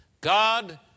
God